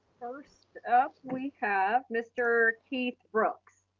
first up we have mr. keith brooks.